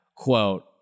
quote